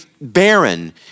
barren